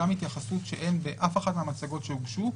גם התייחסות שאין באף אחת מהמצגות שהוגשו,